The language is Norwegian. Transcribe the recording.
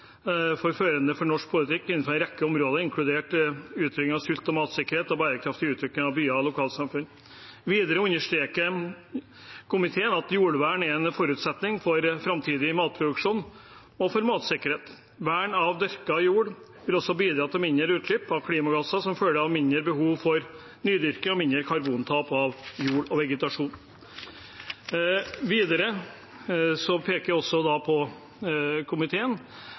for norsk politikk innenfor en rekke områder, inkludert utrydding av sult, økt matsikkerhet og bærekraftig utvikling av byer og lokalsamfunn. Videre understreker komiteen at jordvern er en forutsetning for framtidig matproduksjon og for matsikkerhet. Vern av dyrka jord vil også bidra til mindre utslipp av klimagasser som følge av mindre behov for nydyrking og mindre karbontap fra jord og vegetasjon.